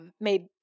made